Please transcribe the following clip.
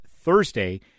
Thursday